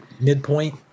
midpoint